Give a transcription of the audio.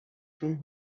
from